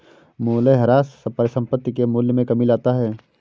मूलयह्रास परिसंपत्ति के मूल्य में कमी लाता है